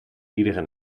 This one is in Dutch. iedere